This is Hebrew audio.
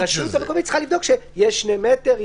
הרשות המקומית צריכה לבדוק שיש 2 מטר,